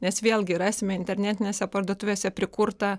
nes vėlgi rasime internetinėse parduotuvėse prikurta